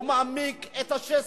הוא מעמיק את השסע,